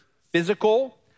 physical